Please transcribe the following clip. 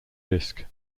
disc